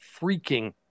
freaking